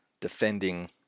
defending